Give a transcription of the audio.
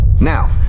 Now